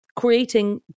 creating